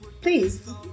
Please